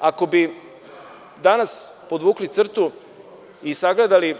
Ako bi danas podvukli crtu i sagledali